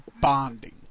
bonding